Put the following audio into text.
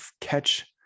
catch